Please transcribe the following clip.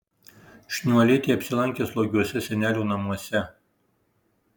šniuolytė apsilankė slogiuose senelių namuose